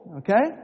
okay